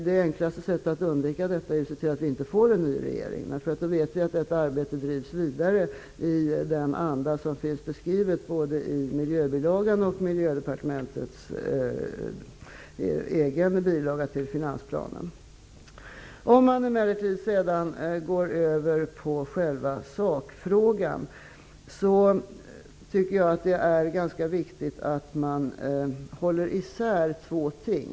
Det enklaste sättet att undvika detta är att se till att vi inte får någon ny regering. Då vet vi att arbetet drivs vidare i den anda som finns beskriven både i miljöbilagan till finansplanen och Om vi sedan går över till själva sakfrågan är det viktigt att hålla isär två ting.